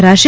ભરાશે